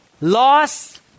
loss